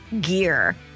gear